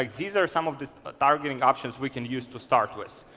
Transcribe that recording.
like these are some of the targeting options we can use to start with,